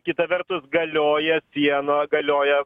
kita vertus galioja sieno galioja